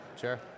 Sure